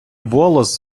волос